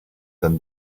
than